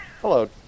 Hello